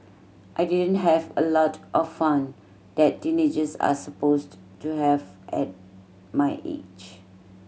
I didn't have a lot of fun that teenagers are supposed to have at my age